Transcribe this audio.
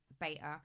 beta